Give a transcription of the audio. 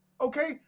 okay